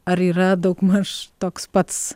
ar yra daugmaž toks pats